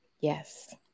Yes